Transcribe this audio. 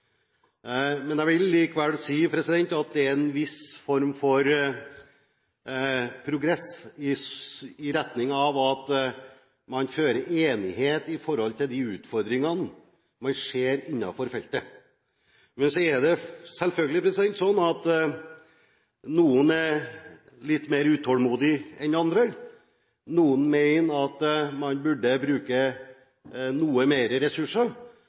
men jeg vil likevel si at det er en viss form for progress i retning av enighet med hensyn til de utfordringene man ser innenfor feltet. Men så er det selvfølgelig slik at noen er litt mer utålmodig enn andre, noen mener at man burde bruke noe mer ressurser,